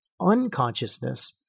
unconsciousness